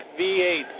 V8